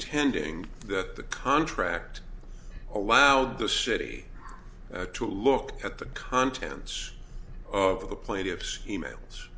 tending that the contract allowed the city to look at the contents of the plaintiff's e mails